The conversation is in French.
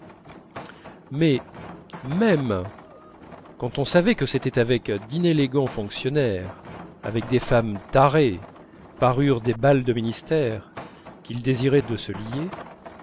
mais même quand on savait que c'était avec d'inélégants fonctionnaires avec des femmes tarées parure des bals de ministères qu'il désirait se lier